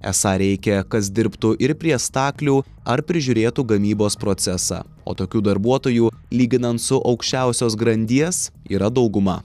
esą reikia kas dirbtų ir prie staklių ar prižiūrėtų gamybos procesą o tokių darbuotojų lyginant su aukščiausios grandies yra dauguma